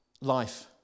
life